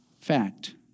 fact